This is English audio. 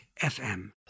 FM